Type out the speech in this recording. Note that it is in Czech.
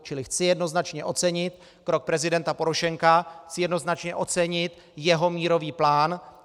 Čili chci jednoznačně ocenit krok prezidenta Porošenka, chci jednoznačně ocenit jeho mírový plán.